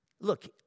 Look